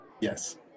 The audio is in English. Yes